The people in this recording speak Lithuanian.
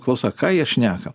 klausau ką jie šneka